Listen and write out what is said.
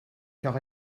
car